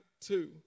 two